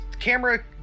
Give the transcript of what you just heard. Camera